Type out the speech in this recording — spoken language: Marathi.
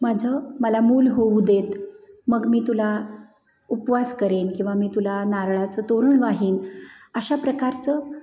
माझं मला मूल होऊ देत मग मी तुला उपवास करेन किंवा मी तुला नारळाचं तोरण वाहीन अशा प्रकारचं